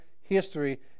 history